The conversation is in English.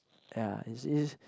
ya is is